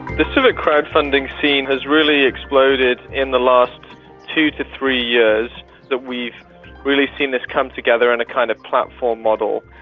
the civic crowd-funding scene has really exploded in the last two to three years that we've really seen this come together in a kind of platform model.